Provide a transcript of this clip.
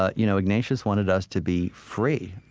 ah you know ignatius wanted us to be free